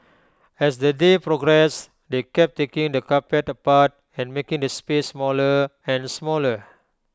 as the day progressed they kept taking the carpet apart and making the space smaller and smaller